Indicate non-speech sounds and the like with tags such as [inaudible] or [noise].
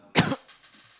[coughs]